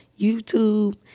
YouTube